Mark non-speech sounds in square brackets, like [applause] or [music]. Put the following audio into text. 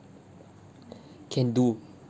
[breath] can do